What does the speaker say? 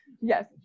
Yes